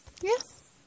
Yes